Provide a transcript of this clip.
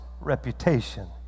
reputation